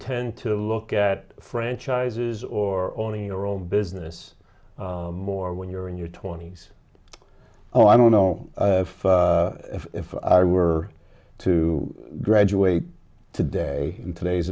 tend to look at franchises or owning your own business more when you're in your twenty's oh i don't know if i were to graduate today in today's